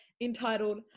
entitled